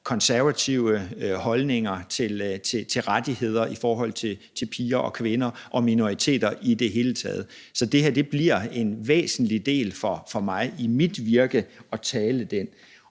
konservative holdninger til rettigheder for piger, kvinder og minoriteter i det hele taget. Så det bliver et væsentligt element for mig i mit virke at tale den